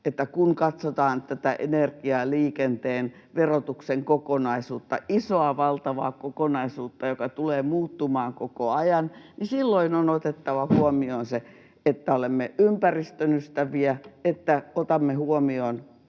että kun katsotaan tätä energian ja liikenteen verotuksen kokonaisuutta, isoa valtavaa kokonaisuutta, joka tulee muuttumaan koko ajan, niin silloin on otettava huomioon se, että olemme ympäristön ystäviä, että otamme huomioon